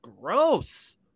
gross